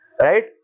right